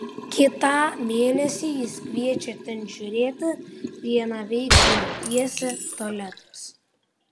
kitą mėnesį jis kviečia ten žiūrėti vienaveiksmę pjesę tualetas